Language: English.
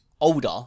older